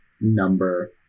number